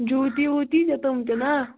جوٗتی ووٗتی یہِ تِم تہِ نا